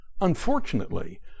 Unfortunately